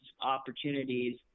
opportunities